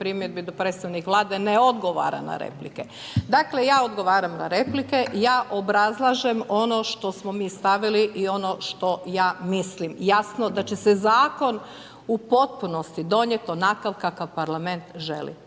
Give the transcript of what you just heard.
primjedbe da predstavnik vlade ne odgovara na replike. Dakle, ja odgovaram na replike i ja obrazlažem ono što smo mi stavili i ono što ja mislim. Jasno da će se zakon u potpunosti donijeti onakav kakav parlament želi.